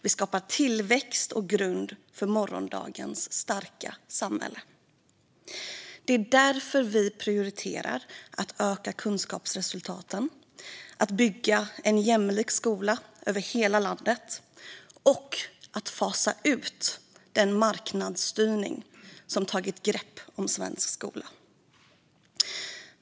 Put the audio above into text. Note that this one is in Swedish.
Vi skapar tillväxt och grund för morgondagens starka samhälle. Det är därför vi prioriterar att höja kunskapsresultaten, att bygga en jämlik skola över hela landet och att fasa ut den marknadsstyrning som har tagit grepp om svensk skola.